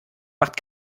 macht